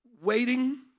Waiting